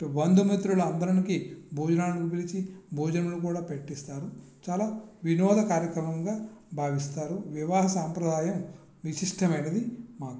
బంధుమిత్రులందరికీ భోజనానికి పిలిచి భోజనాలు కూడా పెట్టిస్తారు చాలా వినోద కార్యక్రమంగా భావిస్తారు వివాహ సాంప్రదాయం విశిష్టమైనది మాకు